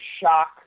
shock